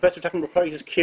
פרופ' טרכטנברג כבר הזכיר,